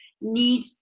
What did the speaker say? need